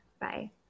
Bye